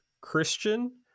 Christian